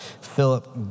Philip